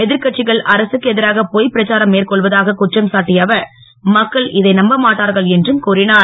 எதிர் கட்சிகள் அரசுக்கு எதிராக பொய்ப்பிரச்சாரம் மேற்கொள்வதாகக் குற்றம் சாட்டிய அவர் மக்கள் இதை நம்ப மாட்டார்கள் என்றும் அவர் கூறிஞர்